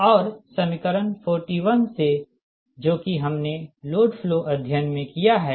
और समीकरण 41 से जो कि हमने लोड फ्लो अध्ययन में किया है